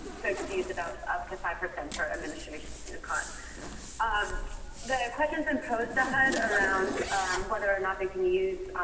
folks to use up to five percent for administrations and and costs. um the questions been posed to hud around whether or not they can use